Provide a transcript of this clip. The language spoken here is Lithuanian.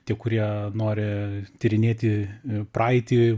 tie kurie nori tyrinėti praeitį